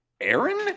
Aaron